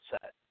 set